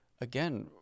again